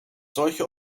solche